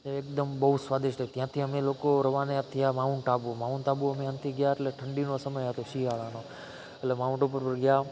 એકદમ બહુ સ્વાદિષ્ટ હતી ત્યાંથી અમે લોકો રવાના થયા માઉન્ટ આબુ માઉન્ટ આબુ અમે અંતે ગયા એટલે ઠંડીનો સમય હતો શિયાળાનો એટલે માઉન્ટ આબુ ઉપર ગયા